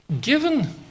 given